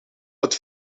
het